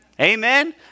Amen